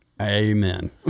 Amen